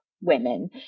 women